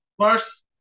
First